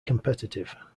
competitive